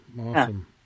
Awesome